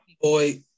boy